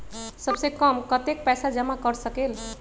सबसे कम कतेक पैसा जमा कर सकेल?